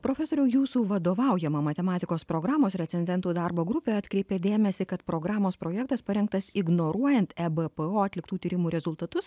profesoriau jūsų vadovaujama matematikos programos recenzentų darbo grupė atkreipė dėmesį kad programos projektas parengtas ignoruojant ebpo atliktų tyrimų rezultatus